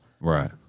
Right